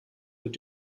mit